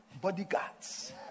bodyguards